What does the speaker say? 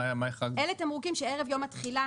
אלה תמרוקים שערב יום התחילה